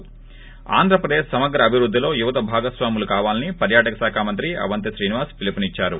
ి ఆంధ్రప్రదేశ్ సమగ్ర అభివృద్దిలో యువత భాగస్వామ్యులు కావాలని పర్యాటక శాఖ మంత్రి అవంతి శ్రీనివాస్ పిలుపునిచ్చారు